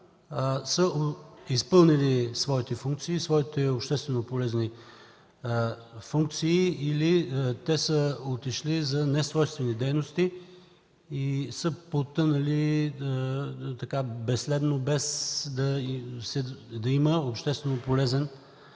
са изпълнили своите общественополезни функции или са отишли за несвойствени дейности и са потънали безследно, без да има обществено полезен